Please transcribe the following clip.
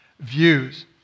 views